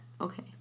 Okay